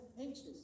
anxious